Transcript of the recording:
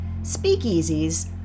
Speakeasies